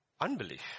unbelief